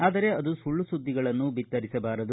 ಆದರೆ ಅದು ಸುಳ್ಳು ಸುದ್ದಿಗಳನ್ನು ಬಿತ್ತಿರಿಸಬಾರದು